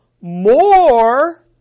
more